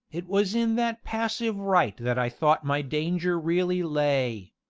it was in that passive right that i thought my danger really lay.